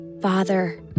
Father